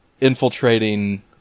infiltrating